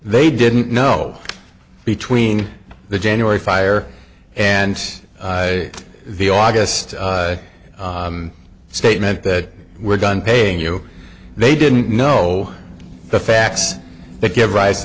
they didn't know between the january fire and the august statement that we're done paying you they didn't know the facts that give ri